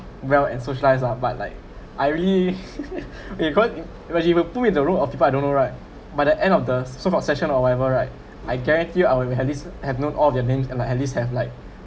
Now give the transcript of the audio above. well and socialise lah but like I really it could if I were to put in the room of people I don't know right by the end of the so called session or whatever right I guarantee I will have this I have known all their name and I at least have like